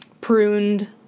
pruned